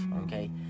okay